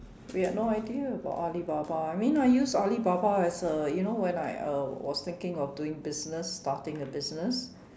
we had no idea about Alibaba I mean I used Alibaba as a you know when I uh was thinking of doing a business starting a business